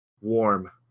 warm